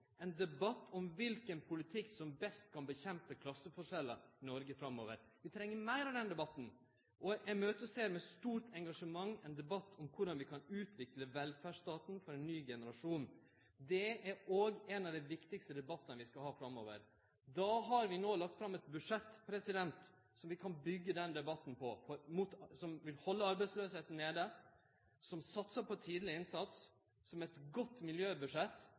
ein debatt om kva slags politikk som best kan gjere noko med klasseforskjellar i Noreg framover. Vi treng meir av den debatten. Og eg ser med stort engasjement fram til ein debatt om korleis vi kan utvikle velferdsstaten for ein ny generasjon. Det er òg ein av dei viktigaste debattane vi skal ha framover. No har vi lagt fram eit budsjett som vi kan byggje den debatten på, som vil halde arbeidsløysa nede, som satsar på tidleg innsats, som er eit godt miljøbudsjett,